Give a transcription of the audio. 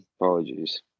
Apologies